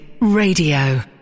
Radio